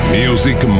music